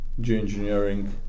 geoengineering